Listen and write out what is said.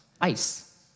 ice